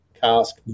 cask